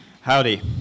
Howdy